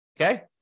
okay